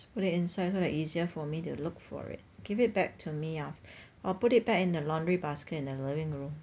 put it inside so that easier for me to look for it give it back to me aft~ or put it back in the laundry basket in the living room